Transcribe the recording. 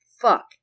fuck